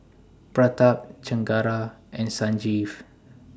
Pratap Chengara and Sanjeev